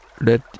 let